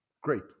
great